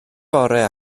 fore